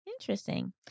Interesting